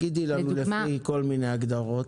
תגידי לנו לפי כל מיני הגדרות.